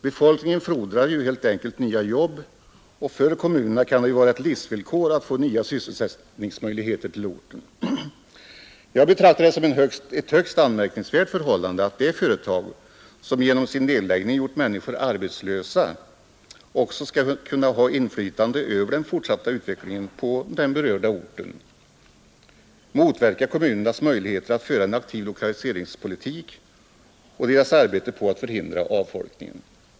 Befolkningen fordrar helt enkelt nya jobb, och för kommunerna kan det vara ett livsvillkor att få nya sysselsättningsmöjligheter till orten. Jag betraktar det som ett högst anmärkningsvärt förhällande att det företag som genom sin nedläggning gjort människor arbetslösa också skall kunna ha inflytande över den fortsatta utvecklingen på den berörda orten, motverka kommunernas möjligheter att föra en aktiv lokaliseringspolitik och deras arbete på att förhindra avfolkningen.